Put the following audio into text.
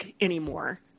anymore